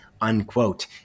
Unquote